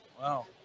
Wow